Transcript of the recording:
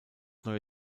neue